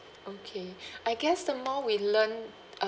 okay I guess the more we learn